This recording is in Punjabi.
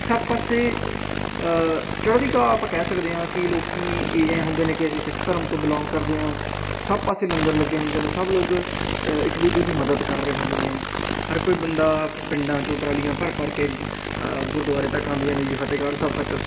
ਸਭ ਪਾਸੇ ਚੜ੍ਹਦੀ ਕਲਾ ਆਪਾਂ ਕਹਿ ਸਕਦੇ ਹਾਂ ਕਿ ਲੋਕ ਇਹ ਹੁੰਦੇ ਨੇ ਕਿ ਅਸੀਂ ਸਿੱਖ ਧਰਮ ਤੋਂ ਬਿਲੋਂਗ ਕਰਦੇ ਹਾਂ ਸਭ ਪਾਸੇ ਲੰਗਰ ਲੱਗੇ ਹੁੰਦੇ ਨੇ ਸਭ ਲੋਕ ਇੱਕ ਦੂਜੇ ਦੀ ਮਦਦ ਕਰ ਰਹੇ ਹੁੰਦੇ ਨੇ ਹਰ ਕੋਈ ਬੰਦਾ ਪਿੰਡਾਂ 'ਚੋਂ ਟਰਾਲੀਆਂ ਭਰ ਭਰ ਕੇ ਗੁਰਦੁਆਰੇ ਤੱਕ ਆਉਂਦੀਆਂ ਨੇ ਜੀ ਫਤਿਹਗੜ੍ਹ ਸਾਹਿਬ ਤੱਕ